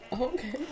Okay